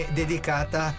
dedicata